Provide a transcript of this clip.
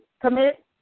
commit